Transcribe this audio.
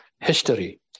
history